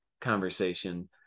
conversation